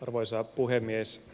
arvoisa puhemies